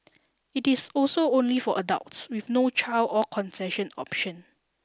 it is also only for adults with no child or concession option